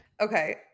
Okay